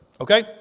Okay